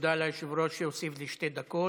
ותודה רבה ליושב-ראש שהוסיף לי שתי דקות.